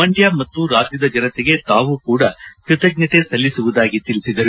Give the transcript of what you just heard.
ಮಂಡ್ಯ ಮತ್ತು ರಾಜ್ಯದ ಜನತೆಗೆ ತಾವು ಕೂಡ ಕೃತಜ್ಞತೆ ಸಲ್ಲಿಸುವುದಾಗಿ ತಿಳಿಸಿದರು